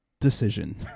decision